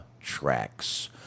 tracks